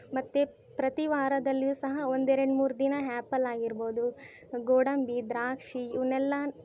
ಮತ್ತು ಪ್ರತಿ ವಾರದಲ್ಲಿಯೂ ಸಹ ಒಂದೆರಡು ಮೂರು ದಿನ ಹ್ಯಾಪಲ್ ಆಗಿರ್ಬೌದು ಗೋಂಡಂಬಿ ದ್ರಾಕ್ಷಿ ಇವುನ್ನೆಲ್ಲ